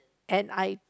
and I